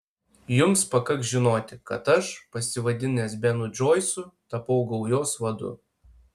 jums pakaks žinoti kad aš pasivadinęs benu džoisu tapau gaujos vadu